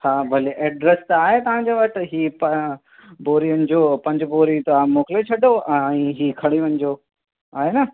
हा भले एड्रस त आहे तव्हांजे वटि ही प बोरियुनि जो पंज बोरियूं तव्हां मोकिले छॾियो ऐं ही खणी वञिजो आहे न